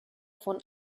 von